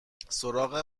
سراغ